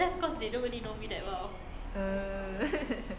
err